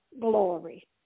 glory